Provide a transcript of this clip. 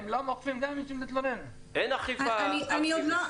אין אכיפה אקטיבית.